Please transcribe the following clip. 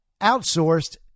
outsourced